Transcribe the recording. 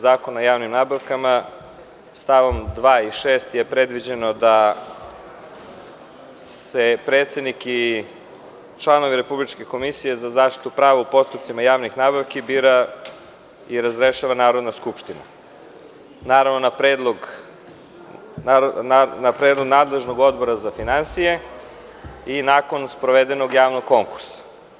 Zakona o javnim nabavkama, stavovima 2. i 6. je predviđeno da predsednika i članove Republičke komisije za zaštitu prava u postupcima javnih nabavki bira i razrešava Narodna skupština, a na predlog nadležnog Odbora za finansije i nakon sprovedenog javnog konkursa.